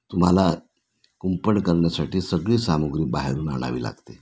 तुम्हाला कुंपण करण्यासाठी सगळी सामग्री बाहेरून आणावी लागते